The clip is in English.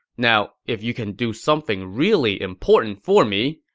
now, if you can do something really important for me,